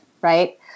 right